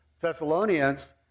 Thessalonians